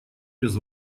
без